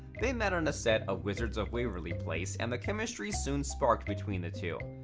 they met on a set of wizards of waverly place and the chemistry soon sparked between the two.